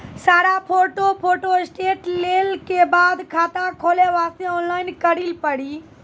सारा photo photostat लेल के बाद खाता खोले वास्ते ऑनलाइन करिल पड़ी?